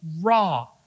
raw